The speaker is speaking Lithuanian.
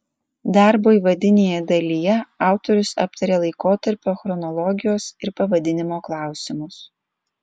darbo įvadinėje dalyje autorius aptaria laikotarpio chronologijos ir pavadinimo klausimus